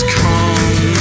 come